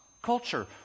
Culture